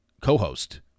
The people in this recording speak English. co-host